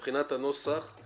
מבחינת הנוסח,